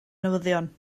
newyddion